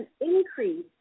increase